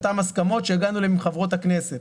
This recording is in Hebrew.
אותן הסכמות אליהן הגענו עם חברות הכנסת.